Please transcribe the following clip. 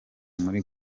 muri